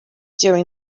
during